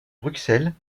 bruxelles